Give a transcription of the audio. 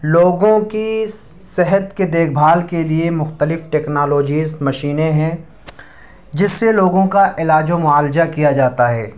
لوگوں کی صحت کے دیکھ بھال کے لیے مختلف ٹکنالوجیز مشینیں ہیں جس سے لوگوں کا علاج و معالجہ کیا جاتا ہے